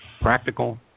Practical